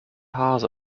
hase